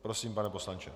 Prosím, pane poslanče.